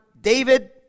David